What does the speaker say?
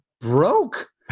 broke